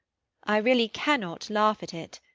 i really cannot laugh at it.